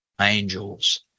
angels